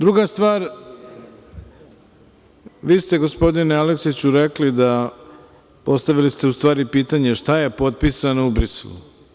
Druga stvar, vi ste gospodine Aleksiću rekli da, odnosno postavili ste pitanje, šta je potpisano u Briselu?